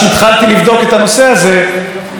שאלתי את עצמי לגבי אסיר ביטחוני אחר.